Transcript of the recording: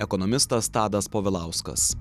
ekonomistas tadas povilauskas